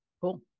cool